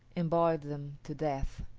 and boiled them to death.